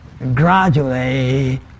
Gradually